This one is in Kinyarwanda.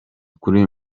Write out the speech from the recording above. kuri